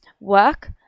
work